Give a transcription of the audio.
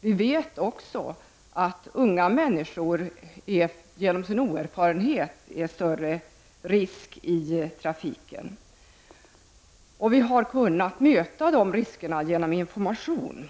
Vi vet också att unga människor genom sin oerfarenhet utgör en större risk i trafiken. Vi har kunnat möta dessa risker genom information.